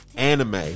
anime